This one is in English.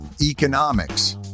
economics